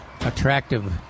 attractive